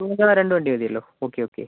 നിങ്ങൾക്ക് ആ രണ്ട് വണ്ടി മതിയല്ലോ ഓക്കെ ഓക്കെ